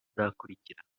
izakurikira